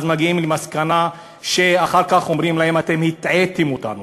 מגיעים למסקנה שאחר כך אומרים להם: אתם הטעיתם אותנו,